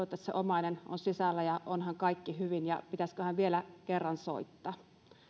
se omainen on sisällä ja onhan kaikki hyvin ja pitäisiköhän vielä kerran soittaa